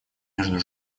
между